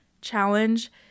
challenge